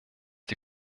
die